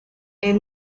est